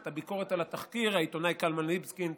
את הביקורת על התחקיר העיתונאי קלמן ליבסקינד